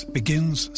begins